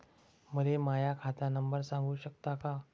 मले माह्या खात नंबर सांगु सकता का?